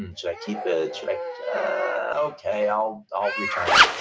and should i keep it? like okay, i'll i'll return it.